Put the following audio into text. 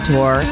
Tour